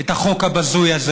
את החוק הבזוי הזה.